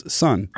son